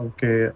Okay